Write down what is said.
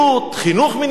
חינוך מינימלי.